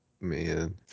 Man